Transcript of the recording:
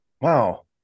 Wow